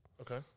Okay